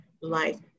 life